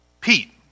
Pete